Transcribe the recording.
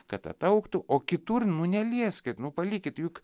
kad ataugtų o kitur nu nelieskit nu palikit juk